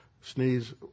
sneeze